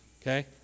okay